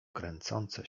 kręcące